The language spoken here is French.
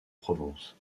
provence